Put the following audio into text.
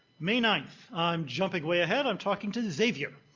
may ninth, i'm jumping way ahead, i'm talking to xavier.